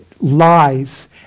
lies